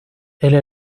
elle